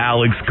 Alex